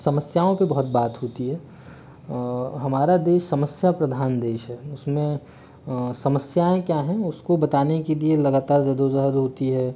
समस्याओं की बहुत बात होती है हमारा देश समस्या प्रधान देश है उसमें समस्याएं क्या है उसको बताने के लिए लगातार होती है